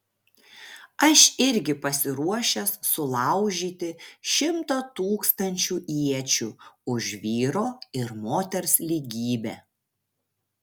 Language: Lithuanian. aš irgi pasiruošęs sulaužyti šimtą tūkstančių iečių už vyro ir moters lygybę